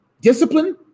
Discipline